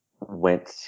went